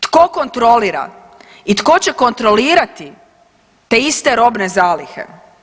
Tko kontrolira i tko će kontrolirati te iste robne zalihe?